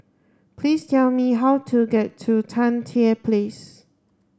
please tell me how to get to Tan Tye Place